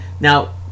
Now